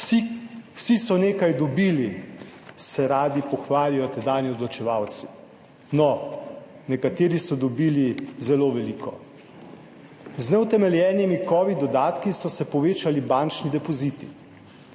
Vsi so nekaj dobili, se radi pohvalijo tedanji odločevalci. No, nekateri so dobili zelo veliko. Z neutemeljenimi kovidnimi dodatki so se povečali bančni depoziti.